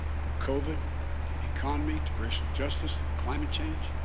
from covid to economy to racial justice and climate change.